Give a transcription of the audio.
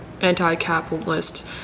anti-capitalist